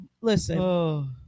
listen